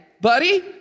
buddy